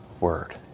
Word